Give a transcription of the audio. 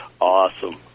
Awesome